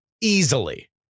easily